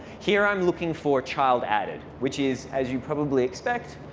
here i'm looking for child added, which is, as you'd probably expect,